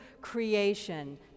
creation